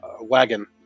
wagon